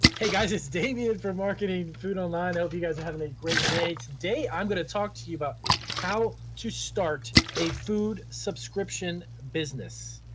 hey guys. this is damian from marketing food online. i hope you guys are having a great day today. i'm gonna talk to you about how to start a food subscription business.